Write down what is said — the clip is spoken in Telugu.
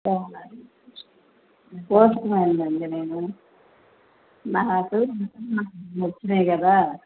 అవునా పోస్ట్మ్యాన్నండి నేను నాకు వచ్చాయి కదా